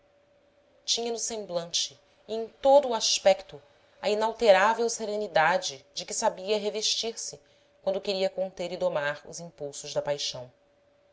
tinha no semblante e em todo o aspecto a inalterável serenidade de que sabia revestir se quando queria conter e domar os impulsos da paixão